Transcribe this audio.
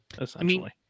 Essentially